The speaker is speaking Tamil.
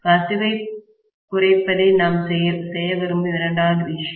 கசிவைக் குறைப்பதே நாம் செய்ய விரும்பும் இரண்டாவது விஷயம்